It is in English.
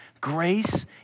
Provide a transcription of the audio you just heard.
grace